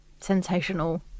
sensational